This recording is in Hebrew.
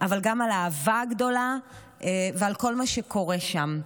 אבל גם על האהבה הגדולה ועל כל מה שקורה שם.